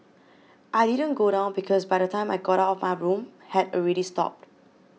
I didn't go down because by the time I got out of my room had already stopped